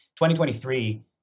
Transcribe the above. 2023